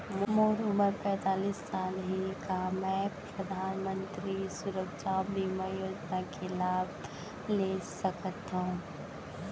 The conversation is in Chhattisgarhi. मोर उमर पैंतालीस साल हे का मैं परधानमंतरी सुरक्षा बीमा योजना के लाभ ले सकथव?